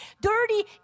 dirty